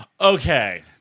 Okay